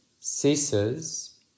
ceases